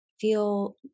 feel